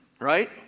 right